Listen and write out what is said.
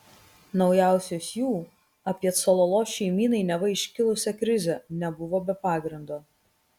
naujausios jų apie cololo šeimynai neva iškilusią krizę nebuvo be pagrindo